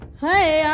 Hey